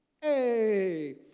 Hey